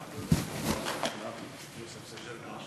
יברך את חבר הכנסת יוסף ג'בארין.